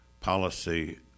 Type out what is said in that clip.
policy